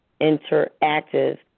interactive